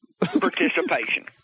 Participation